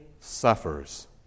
suffers